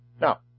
Now